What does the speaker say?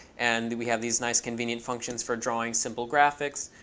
and we have these nice convenient functions for drawing simple graphics.